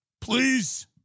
Please